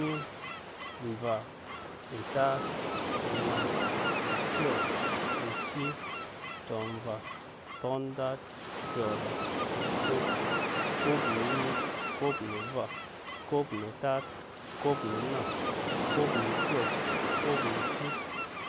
Enyi omva entat enna ekyɔ enci tɔnva tɔndat kyɔra okop, kop no onyi kop no ova kop no otat kop no onna kop no okyɔ kop no oci